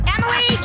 Emily